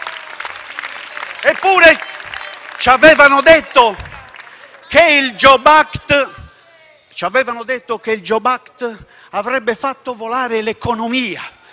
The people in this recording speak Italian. Eppure ci avevano detto che il *jobs act* avrebbe fatto volare l'economia;